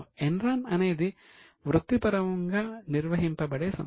Enron అనేది వృత్తిపరంగా నిర్వహింపబడే సంస్థ